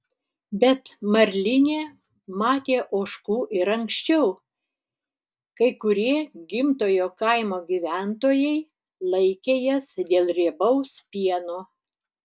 bet marlinė matė ožkų ir anksčiau kai kurie gimtojo kaimo gyventojai laikė jas dėl riebaus pieno